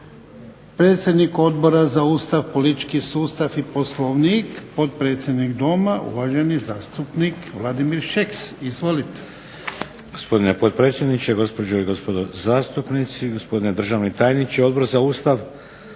Predsjednik Odbora za Ustav, politički sustav i Poslovnik, potpredsjednik Doma uvaženi zastupnik Vladimir Šeks. Izvolite. **Šeks, Vladimir (HDZ)** Gospodine potpredsjedniče, gospođe i gospodo zastupnici, gospodine državni tajniče. Odbor za Ustav,